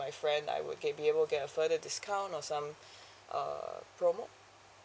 my friend I would can be able to get a further discount or some uh promo